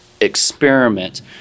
experiment